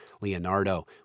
Leonardo